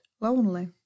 lonely